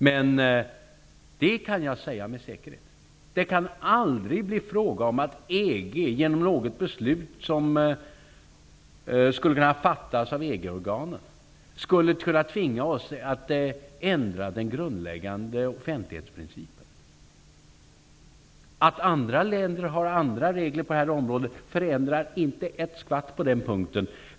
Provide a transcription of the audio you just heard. Men jag kan med säkerhet säga: Det kan aldrig bli fråga om att EG, genom något beslut som skulle kunna fattas i EG-organen, skulle kunna tvinga oss att ändra den grundläggande offentlighetsprincipen. Att andra länder har andra regler på detta område förändrar inte ett skvatt på den punkten.